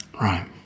Right